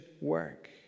work